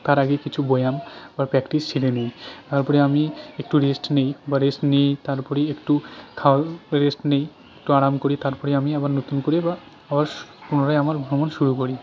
তার আগে কিছু ব্যায়াম বা প্র্যাক্টিস সেরে নিই তারপরে আমি একটু রেস্ট নিই বা রেস্ট নিয়েই তারপরেই একটু রেস্ট নিই একটু আরাম করি তারপরে আমি আবার নতুন করে বা আবার পুনরায় আমার ভ্রমণ শুরু করি